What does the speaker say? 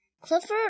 Clifford